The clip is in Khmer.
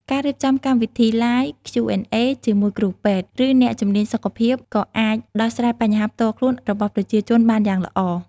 ការរៀបចំកម្មវិធី Live Q&A ជាមួយគ្រូពេទ្យ ឬអ្នកជំនាញសុខភាពក៏អាចដោះស្រាយបញ្ហាផ្ទាល់ខ្លួនរបស់ប្រជាជនបានយ៉ាងល្អ។